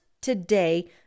today